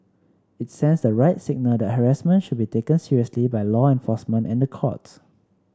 it sends the right signal that harassment should be taken seriously by law enforcement and the courts